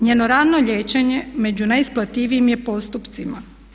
Njeno rano liječenje među najisplatljivijem je postupcima.